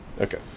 Okay